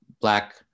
black